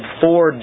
four